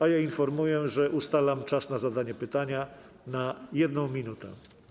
A ja informuję, że ustalam czas na zadanie pytania na 1 minutę.